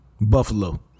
Buffalo